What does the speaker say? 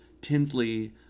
Tinsley